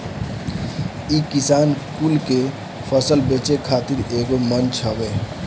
इ किसान कुल के फसल बेचे खातिर एगो मंच हवे